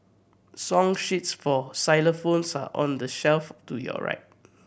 song sheets for xylophones are on the shelf to your right